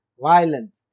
violence